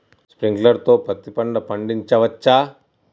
Sprinkler తో పత్తి పంట పండించవచ్చా?